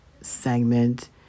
segment